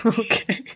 okay